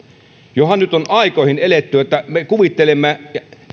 johan nyt on aikoihin eletty että me kuvittelemme